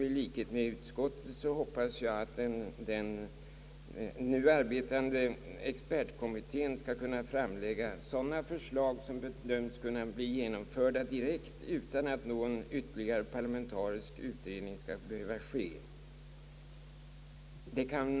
I likhet med utskottet hoppas jag att den nu arbetande expertkommittén skall framlägga förslag som bedöms kunna bli genomförda direkt, utan att någon ytterligare parlamentarisk utredning behöver göras.